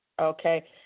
okay